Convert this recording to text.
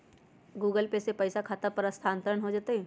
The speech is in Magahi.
गूगल पे से पईसा खाता पर स्थानानंतर हो जतई?